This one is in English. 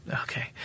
okay